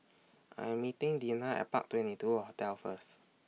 I'm meeting Dinah At Park twenty two Hotel First